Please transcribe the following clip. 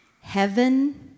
heaven